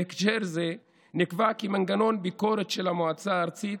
בהקשר זה נקבע מנגנון ביקורת של המועצה הארצית